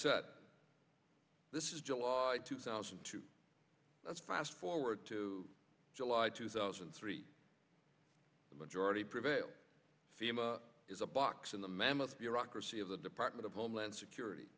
said this is july two thousand and two let's fast forward to july two thousand and three the majority prevail is a box in the mammoth bureaucracy of the department of homeland security